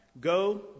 Go